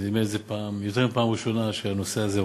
זו לא הפעם הראשונה שהנושא הזה עולה.